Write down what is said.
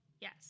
Yes